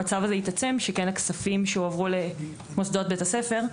המצב הזה התעצם שכן הכספים שהועברו למוסדות בית הספר,